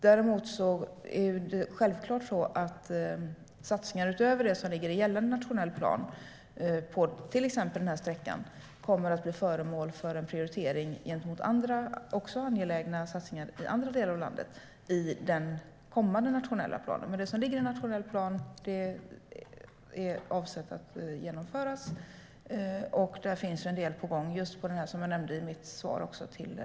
Däremot är det självklart så att satsningar utöver det som ligger i gällande nationell plan på till exempel den här sträckan kommer att bli föremål för en prioritering gentemot andra angelägna satsningar i andra delar av landet i den kommande nationella planen. Det som ligger i nationell plan är dock avsett att genomföras. Där finns en del på gång, vilket jag nämnde i mitt svar till interpellanten.